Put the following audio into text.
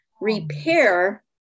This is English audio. repair